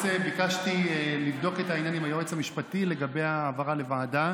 ביקשתי לבדוק את העניין עם היועץ המשפטי לגבי העברה לוועדה.